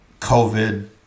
COVID